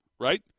right